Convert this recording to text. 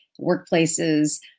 workplaces